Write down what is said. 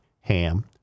ham